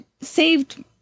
saved